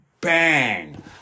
bang